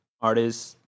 artist's